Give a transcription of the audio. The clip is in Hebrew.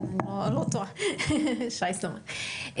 שי סומך,